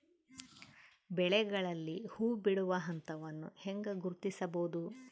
ಬೆಳೆಗಳಲ್ಲಿ ಹೂಬಿಡುವ ಹಂತವನ್ನು ಹೆಂಗ ಗುರ್ತಿಸಬೊದು?